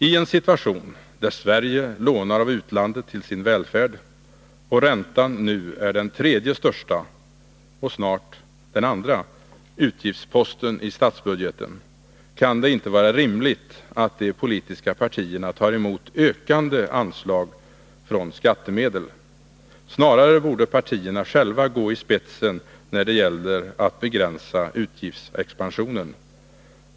I en situation där Sverige lånar av utlandet till sin välfärd och räntan nu är den tredje största — snart den andra — utgiftsposten i statsbudgeten, kan det inte vara rimligt att de politiska partierna tar emot ökande anslag från skattemedel. Snarare borde partierna själva gå i spetsen när det gäller att begränsa utgiftsexpansionen.